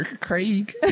Craig